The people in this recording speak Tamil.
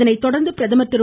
இதனைத்தொடர்ந்து பிரதமர் திரு